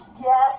yes